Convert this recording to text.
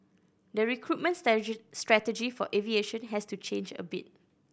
the recruitment strategy for aviation has to change a bit